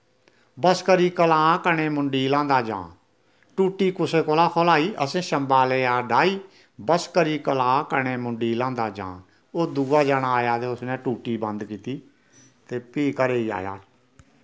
बस करी करलां कन्नै मुंडी लांह्दा जां टूट्टी कुसै कोला खोलाही असें शंबा लेई डाही बस करी करलां कन्नै मुंडी लांह्दा जां ओ दूआ जनां आया ते उस टूट्टी बंद कीती ते भी घरै आया